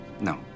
no